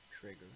trigger